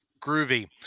Groovy